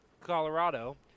Colorado